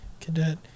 Cadet